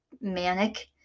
manic